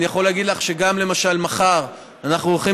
אני יכול להגיד לך שגם מחר אנחנו הולכים